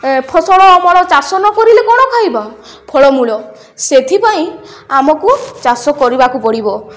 ଏ ଫସଲ ଅମଳ ଚାଷ ନ କରିଲେ କ'ଣ ଖାଇବ ଫଳମୂଳ ସେଥିପାଇଁ ଆମକୁ ଚାଷ କରିବାକୁ ପଡ଼ିବ